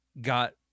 got